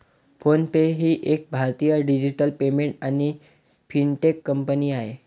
phone पे ही एक भारतीय डिजिटल पेमेंट आणि फिनटेक कंपनी आहे